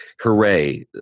hooray